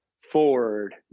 ford